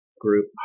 Group